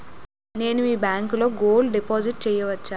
నేను మీ బ్యాంకులో గోల్డ్ డిపాజిట్ చేయవచ్చా?